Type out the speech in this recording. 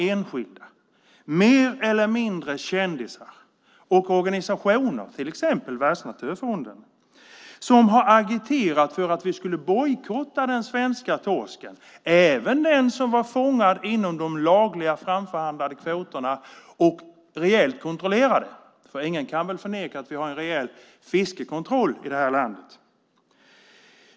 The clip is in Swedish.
Enskilda, mer eller mindre kändisar, och organisationer, till exempel Världsnaturfonden, har agiterat för att vi skulle bojkotta den svenska torsken, även den som var fångad inom de lagliga framförhandlade kvoterna och rejält kontrollerade - ingen kan väl förneka att vi har en rejäl fiskekontroll i det här landet.